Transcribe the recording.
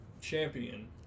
champion